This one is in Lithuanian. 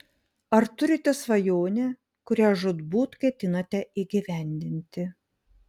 ar turite svajonę kurią žūtbūt ketinate įgyvendinti